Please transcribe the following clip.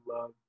love